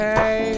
Hey